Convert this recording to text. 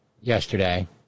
yesterday